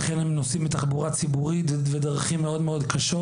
נוסעים בתחבורה ציבורית, בדרכים מאוד קשות.